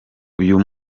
uyu